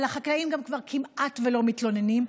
והחקלאים גם כבר כמעט ולא מתלוננים,